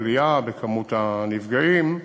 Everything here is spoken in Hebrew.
על עלייה במספר הנפגעים.